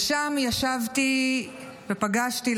ושם ישבתי ופגשתי,